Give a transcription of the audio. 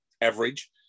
average